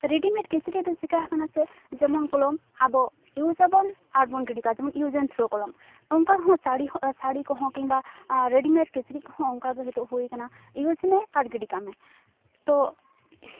readymade ᱠᱤᱪᱨᱤᱡᱽᱫᱚ ᱪᱤᱠᱟᱹᱜ ᱠᱟᱱᱟ ᱡᱮ ᱡᱮᱢᱚᱱ ᱠᱚᱞᱚᱢ ᱟᱵᱚ ᱤᱣᱩᱡᱽᱟᱵᱚᱱ ᱟᱨᱵᱚᱱ ᱜᱤᱰᱤ ᱠᱟᱜᱼᱟ ᱡᱮᱱᱚᱢ ᱤᱭᱩᱡᱼᱮᱱᱼᱛᱷᱨᱳ ᱠᱚᱞᱚᱢ ᱚᱱᱠᱟᱦᱚᱸ ᱥᱟᱲᱤ ᱥᱟᱲᱤ ᱠᱚᱦᱚᱸ ᱠᱤᱢᱵᱟ ᱨᱮᱰᱤᱢᱮᱰ ᱠᱤᱪᱨᱤᱡᱽ ᱠᱚᱦᱚᱸ ᱚᱱᱠᱟᱜᱮ ᱦᱤᱛᱚᱜ ᱦᱩᱭᱠᱟᱱᱟ ᱤᱭᱩᱡᱽᱢᱮ ᱟᱨ ᱜᱤᱰᱤᱠᱟᱜ ᱢᱮ ᱛᱳ